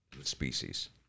species